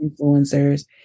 influencers